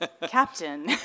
Captain